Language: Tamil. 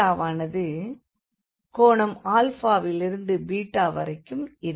வானது கோணம் α லிருந்து βவரைக்கும் இருக்கும்